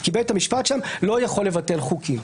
כי בית המשפט שם לא יכול לבטל חוקים.